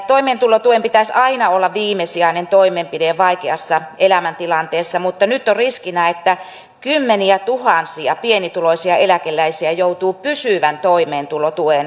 toimeentulotuen pitäisi aina olla viimesijainen toimenpide vaikeassa elämäntilanteessa mutta nyt on riskinä että kymmeniätuhansia pienituloisia eläkeläisiä joutuu pysyvän toimeentulotuen piiriin